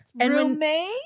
roommate